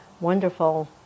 wonderful